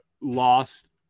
lost